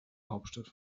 hauptstadt